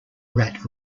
rat